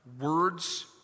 words